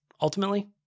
ultimately